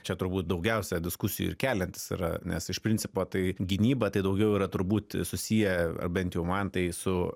čia turbūt daugiausia diskusijų ir keliantis yra nes iš principo tai gynyba tai daugiau yra turbūt susiję ar bent jau man tai su